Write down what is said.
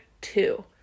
two